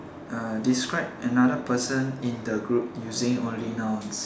err describe another person in the group using only nouns